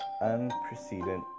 unprecedented